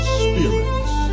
spirits